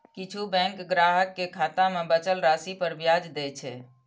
किछु बैंक ग्राहक कें खाता मे बचल राशि पर ब्याज दै छै